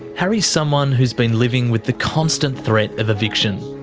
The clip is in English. harry's someone who's been living with the constant threat of eviction.